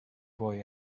boy